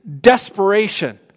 desperation